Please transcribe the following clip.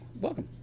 welcome